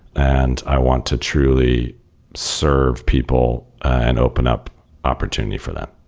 and i want to truly serve people and open up opportunity for them.